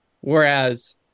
Whereas